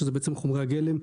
שזה חומרי הגלם,